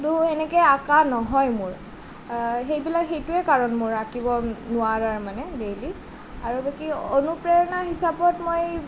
কিন্তু এনেকৈ অঁকা নহয় মোৰ সেইবিলাক সেইটোৱেই কাৰণ মোৰ আঁকিব নোৱাৰাৰ মানে ডেইলি আৰু বাকী অনুপ্ৰেৰণা হিচাবত মই